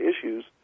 issues